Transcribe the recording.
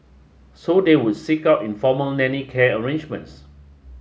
so they would seek out informal nanny care arrangements